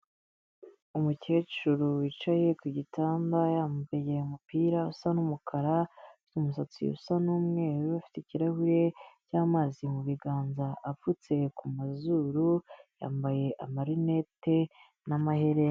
Umukecuru wicaye ku gitanda yambaye umupira usa n'umukara, ufite umusatsi usa n'umweru, ufite ikirahure cy'amazi mu biganza apfutse ku mazuru, yambaye amarinete n'amaherena.